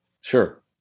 Sure